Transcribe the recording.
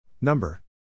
Number